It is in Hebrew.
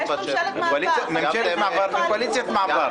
ממשלת מעבר וקואליציית מעבר.